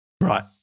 right